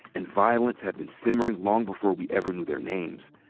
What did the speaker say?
and violence have been simmering long before we ever knew their names.